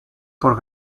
por